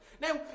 Now